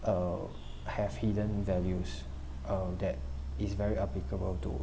err have hidden values uh that is very applicable to